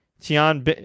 Tian